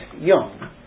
young